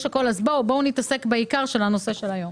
בואו נתעסק בעיקר, וזה הנושא על סדר-היום.